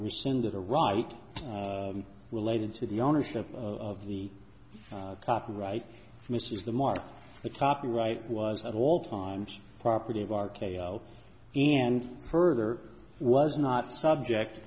rescinded a right related to the ownership of the copyright misses the mark the copyright was at all times property of r k o and further was not subject